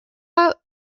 out